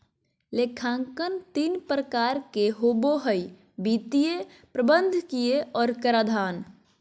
लेखांकन तीन प्रकार के होबो हइ वित्तीय, प्रबंधकीय और कराधान